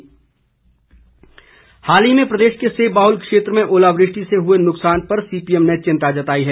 ओलावृष्टि हाल ही में प्रदेश के सेब बाहुल क्षेत्र में ओलावृष्टि से हुए नुकसान पर सीपीएम ने चिंता जताई है